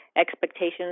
expectations